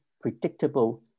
predictable